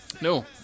No